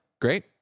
Great